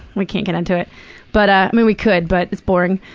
we can't get into it but i mean, we could, but it's boring.